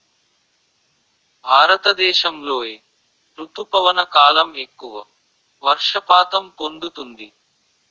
భారతదేశంలో ఏ రుతుపవన కాలం ఎక్కువ వర్షపాతం పొందుతుంది?